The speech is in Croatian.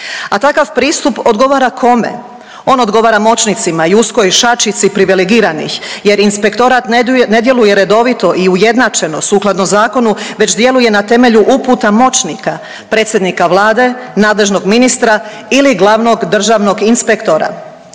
a takav pristup odgovara, kome? On odgovara moćnicima i uskoj šačici privilegiranih, jer Inspektorat ne djeluje redovito i ujednačeno sukladno zakonu, već djeluje na temelju uputa moćnika, predsjednika Vlade, nadležnog ministra ili glavnog državnog inspektora.